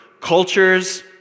cultures